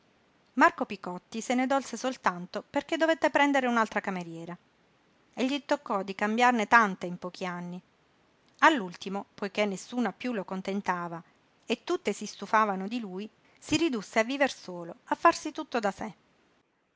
marco picotti se ne dolse soltanto perché dovette prendere un'altra cameriera e gli toccò di cambiarne tante in pochi anni all'ultimo poiché nessuna piú lo contentava e tutte si stufavano di lui si ridusse a viver solo a farsi tutto da sé